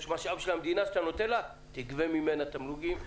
יש משאב של המדינה שאתה נותן תגבה ממנה תמלוגים,